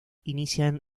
inician